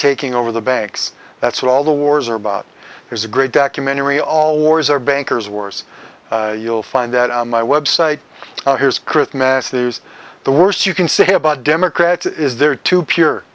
taking over the banks that's what all the wars are about there's a great documentary all wars are bankers wars you'll find that on my website here's chris masters the worst you can say about democrats is there are two pure